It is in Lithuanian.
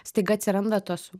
staiga atsiranda tos